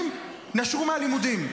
נשרו מהלימודים.